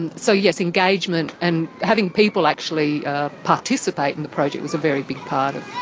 and so yes, engagement and having people actually participate in the project was a very big part of